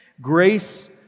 grace